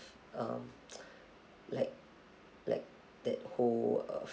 uh like like that whole uh